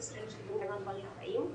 התאחדות ישראלית של ארגונים להגנת בעלי חיים.